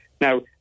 Now